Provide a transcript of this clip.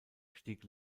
stieg